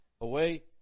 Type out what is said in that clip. away